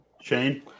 Shane